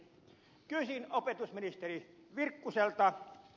kysyn opetusministeri virkkuselta